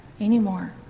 anymore